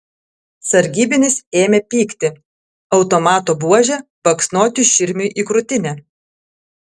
sargybinis ėmė pykti automato buože baksnoti širmiui į krūtinę